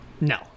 No